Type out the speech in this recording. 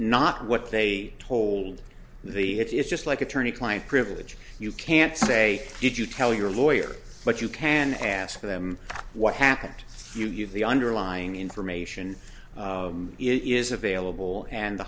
not what they told the it's just like attorney client privilege you can't say did you tell your lawyer but you can ask them what happened you give the underlying information it is available and the